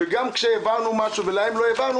וגם כשהעברנו משהו ואילו להם לא העברנו